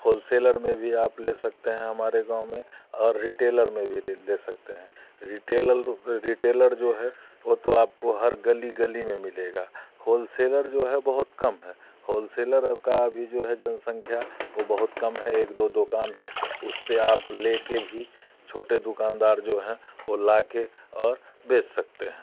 wholesaler में भी आप ले सकते हैं हमारे गांव में और रिटेलर में भी ले सकते हैं रिटेलर जो है वो तो आपको हर गली गली में मिलेगा होलसेलर जो है बहुत कम है होलसेलर का अभी जो है जनसंख्या ओ बहुत कम है एक दो दुकान है उससे आप लेके भी छोटे दुकानदार जो हैं वो लाके और बेच सकते हैं